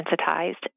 sensitized